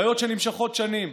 בעיות שנמשכות שנים.